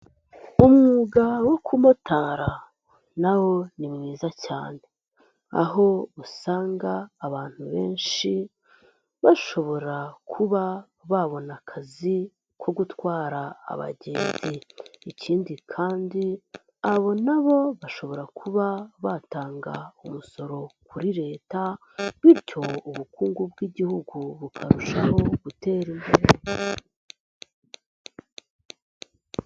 Umwuga wo kumotara na wo ni mwiza cyane, aho usanga abantu benshi bashobora kuba babona akazi ko gutwara abagenzi, ikindi kandi abo nabo bashobora kuba batanga umusoro kuri Leta bityo ubukungu bw'igihugu bukarushaho gutera imbere.